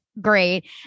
great